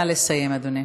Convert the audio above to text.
נא לסיים, אדוני.